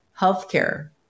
healthcare